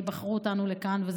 כי בחרו אותנו לכאן.